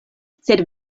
sed